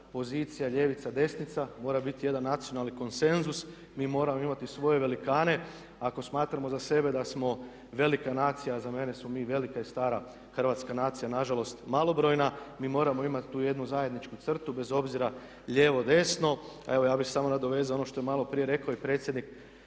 pozicija ljevica, desnica. Mora biti jedan nacionalni konsenzus. Mi moramo imati svoje velikane. Ako smatramo za sebe da smo velika nacija, za mene smo mi velika i stara hrvatska nacija, na žalost malobrojna. Mi moramo imati tu jednu zajedničku crtu bez obzira lijevo, desno. Evo ja bih se samo nadovezao ono što je malo prije rekao i predsjednik